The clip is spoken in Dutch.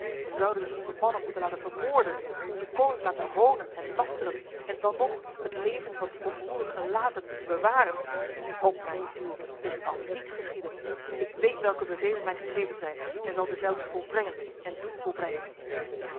wij zouden dus onze mannen moeten laten vermoorden onze koning laten honen en lasteren en dan nog het leven van die oproerige laten moeten bewaren op mijn ziel dit zal niet geschieden ik weet welke bevelen mij gegeven zijn en zal dezelve volbrengen en doen volbrengen